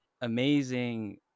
amazing